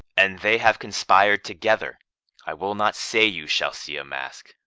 and they have conspired together i will not say you shall see a masque,